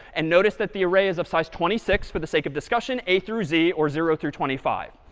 and notice that the array is of size twenty six, for the sake of discussion, a through z, or zero through twenty five.